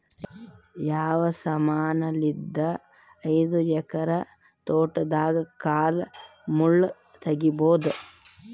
ಯಾವ ಸಮಾನಲಿದ್ದ ಐದು ಎಕರ ತೋಟದಾಗ ಕಲ್ ಮುಳ್ ತಗಿಬೊದ?